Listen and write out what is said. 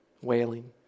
wailing